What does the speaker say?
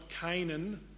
Canaan